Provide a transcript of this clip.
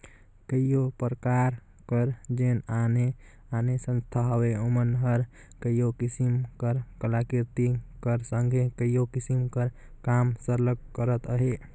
कइयो परकार कर जेन आने आने संस्था हवें ओमन हर कइयो किसिम कर कलाकृति कर संघे कइयो किसिम कर काम सरलग करत अहें